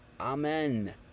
Amen